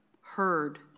heard